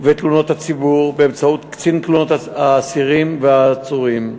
ותלונות הציבור באמצעות קצין תלונות אסירים ועצורים.